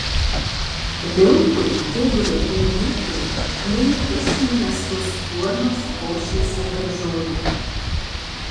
vilkui tigrui ir liūtui neįkiši į nasrus duonos košės ir daržovių